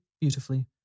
beautifully